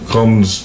Comes